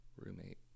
roommate